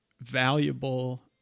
valuable